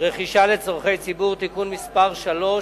(רכישה לצורכי ציבור) (מס' 3),